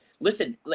listen